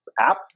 app